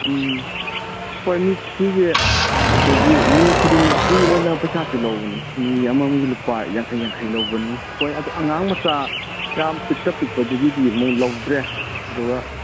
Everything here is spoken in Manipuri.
ꯎꯝ ꯍꯣꯏ ꯃꯤ ꯁꯤꯒꯤ ꯑꯩꯈꯣꯏꯒꯤ ꯃꯤ ꯈꯨꯗꯤꯡꯃꯛꯀꯤ ꯑꯣꯏꯅ ꯄꯩꯁꯥꯁꯤ ꯂꯧꯕꯅꯤ ꯃꯤ ꯑꯃꯃꯝꯒꯤ ꯂꯨꯄꯥ ꯋꯥꯡꯈꯩ ꯌꯥꯡꯈꯩ ꯂꯧꯕꯅꯤ ꯍꯣꯏ ꯑꯗꯣ ꯑꯉꯥꯡ ꯃꯆꯥ ꯌꯥꯝ ꯄꯤꯛꯇ ꯄꯤꯛꯄꯗꯨꯒꯤꯗꯤ ꯑꯃꯨꯛ ꯂꯧꯗ꯭ꯔꯦ ꯑꯗꯨꯒ